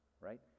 right